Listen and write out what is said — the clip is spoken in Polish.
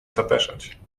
zapeszać